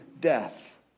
death